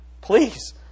Please